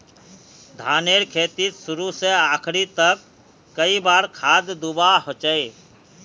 धानेर खेतीत शुरू से आखरी तक कई बार खाद दुबा होचए?